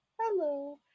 hello